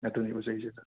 ꯑꯗꯨꯅꯦ ꯎꯖꯩꯁꯦ ꯁꯔ